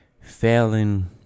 failing